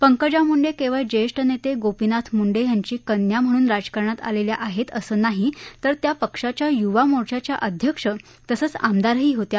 पंकजा मुंडे केवळ ज्येष्ठ नेते गोपानाथ मुंडे यांची कन्या म्हणून राजकारणात आलेल्या आहेत असं नाही तर त्या पक्षाच्या युवा मोर्चाच्या अध्यक्ष तसंच आमदारही होत्या